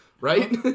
Right